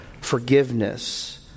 forgiveness